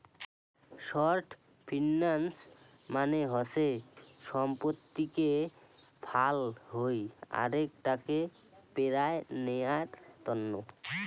short finance মানে হসে সম্পত্তিকে ফাল হই আরেক টাকে পেরায় নেয়ার তন্ন